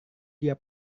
dia